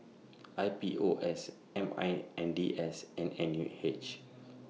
I P O S M I N D S and N U H